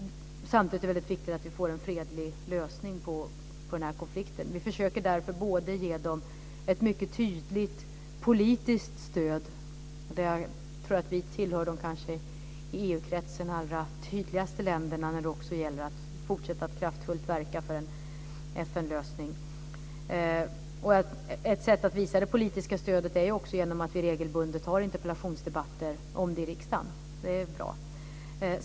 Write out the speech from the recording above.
Samtidigt är det väldigt viktigt att vi får en fredlig lösning på denna konflikt. Vi försöker därför ge dem ett mycket tydligt politiskt stöd. Och jag tror att vi i EU-kretsen kanske tillhör de allra tydligaste länderna när det också gäller att fortsätta att kraftfullt verka för en FN-lösning. Ett sätt att visa det politiska stödet är också genom att vi regelbundet har interpellationsdebatter om det i riksdagen. Så det är bra.